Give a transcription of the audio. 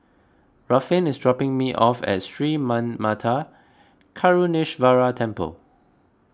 Ruffin is dropping me off at Sri Manmatha Karuneshvarar Temple